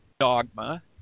dogma